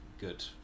good